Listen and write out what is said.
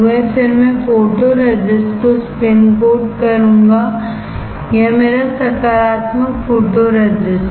फिर मैं फोटोरेसिस्ट को स्पिन कोट करूंगा यह मेरा सकारात्मक फोटोरेसिस्ट है